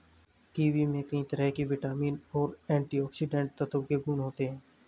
kiwi में कई तरह के विटामिन और एंटीऑक्सीडेंट तत्व के गुण होते है